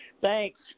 Thanks